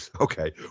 Okay